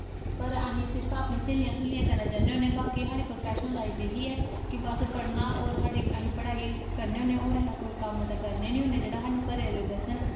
पर अस सिर्फ अपनीं स्हेलियैं स्हूलियैं कन्नैं जन्नें होनें बाकी साढ़ी प्रोफैशनल लाईफ एही ऐ बस पढ़नां और साढ़ी पढ़ाई करनें होनें होर अस कोई कम्म के करनें नी होन्ने जेह्ड़े स्हानू घरै दे दस्सन